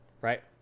right